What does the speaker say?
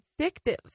addictive